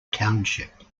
township